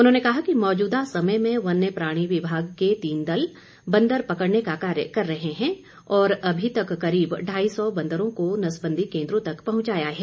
उन्होंने कहा है कि मौजूदा समय में वन्य प्राणी विभाग के तीन दल बंदर पकड़ने का कार्य कर रहे हैं और अभी तक करीब ढाई सौ बंदरों को नसबंदी केंद्रों तक पहुंचाया है